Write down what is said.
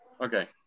Okay